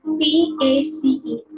P-A-C-E